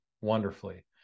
wonderfully